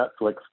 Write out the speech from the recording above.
Netflix